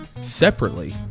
separately